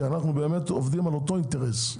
כי אנחנו עובדים על אותו אינטרס.